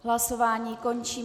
Hlasování končím.